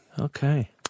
Okay